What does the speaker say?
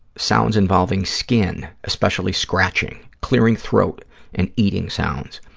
sounds involving skin, especially scratching, clearing throat and eating sounds.